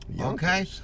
Okay